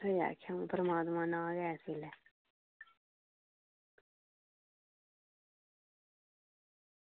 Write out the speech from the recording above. ते में आक्खेआ परमात्मा नांऽ लैआं इसलै